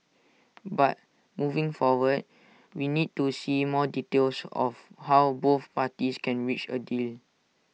but moving forward we need to see more details of how both parties can reach A deal